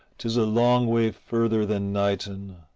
tis a long way further than knighton,